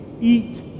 eat